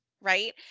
right